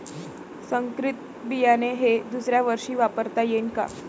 संकरीत बियाणे हे दुसऱ्यावर्षी वापरता येईन का?